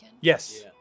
Yes